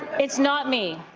it's not me.